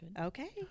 Okay